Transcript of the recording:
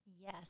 yes